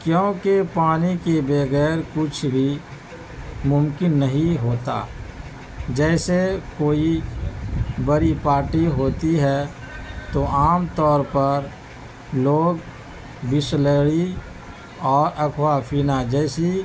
کیونکہ پانی کے بغیر کچھ بھی ممکن نہیں ہوتا جیسے کوئی بڑی پارٹی ہوتی ہے تو عام طور پر لوگ بسلری اور اکوافینا جیسی